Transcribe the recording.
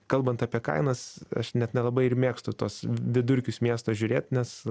kalbant apie kainas aš net nelabai ir mėgstu tuos vidurkius miesto žiūrėt nes